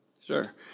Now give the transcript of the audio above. Sure